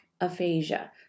aphasia